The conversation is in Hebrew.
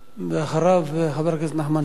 אחריו, חבר הכנסת נחמן שי.